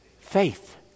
Faith